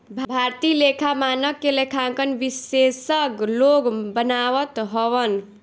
भारतीय लेखा मानक के लेखांकन विशेषज्ञ लोग बनावत हवन